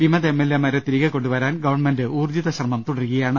വിമത M L എമാരെ തിരികെ കൊണ്ടുവരാൻ ഗവൺമെന്റ് ഊർജ്ജിത ശ്രമം തുടരുകയാണ്